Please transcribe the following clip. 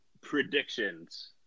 Predictions